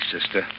sister